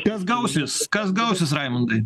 kas gausis kas gausis raimundai